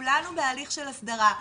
כולנו בהליך של הסדרה,